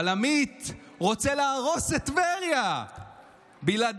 אבל עמית רוצה להרוס את טבריה בלעדיי,